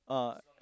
uh